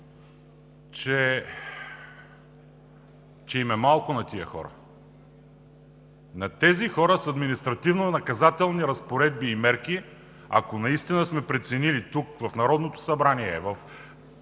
им е малко. На тези хора с административнонаказателни разпоредби и мерки, ако наистина сме преценили тук, в Народното събрание,